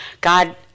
God